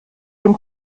dem